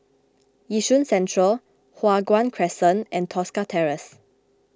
Yishun Central Hua Guan Crescent and Tosca Terrace